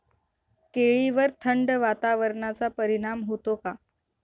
केळीवर थंड वातावरणाचा परिणाम होतो का?